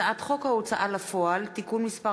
הצעת חוק ההוצאה לפועל (תיקון מס'